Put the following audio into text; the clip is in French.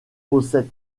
possède